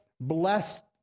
blessed